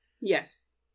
Yes